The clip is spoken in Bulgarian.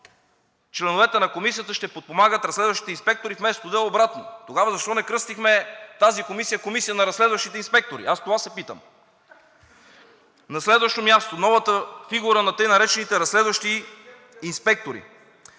членовете на Комисията ще подпомагат разследващите инспектори, вместо да е обратното. Тогава защо не кръстихме тази комисия „Комисия на разследващите инспектори“?! Аз това се питам. На следващо място. Новата фигура на така наречените разследващи инспектори.